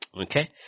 Okay